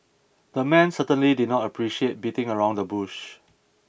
the man certainly did not appreciate beating around the bush